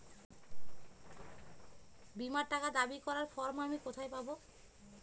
বীমার টাকা দাবি করার ফর্ম আমি কোথায় পাব?